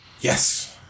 Yes